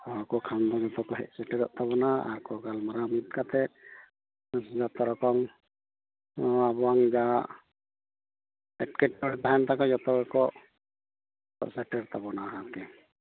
ᱦᱚᱲ ᱠᱚ ᱠᱷᱟᱱᱫᱚ ᱵᱤᱯᱚᱫᱠᱚ ᱦᱮᱡ ᱥᱮᱴᱮᱨᱚᱜ ᱛᱟᱵᱚᱱᱟ ᱟᱨᱠᱚ ᱜᱟᱞᱢᱟᱨᱟᱣ ᱠᱟᱛᱮ ᱱᱤᱭᱚ ᱯᱚᱨᱮ ᱠᱷᱚᱱ ᱱᱚᱭᱟ ᱟᱵᱚᱣᱟᱱ ᱡᱟᱦᱟ ᱮᱴᱠᱮᱴᱚᱬᱮ ᱛᱟᱦᱮᱱ ᱛᱟᱠᱚ ᱡᱷᱚᱛᱚ ᱦᱚᱲᱠᱚ ᱦᱚᱲ ᱥᱮᱴᱮᱨ ᱛᱟᱵᱚᱱᱟ ᱟᱨᱠᱤ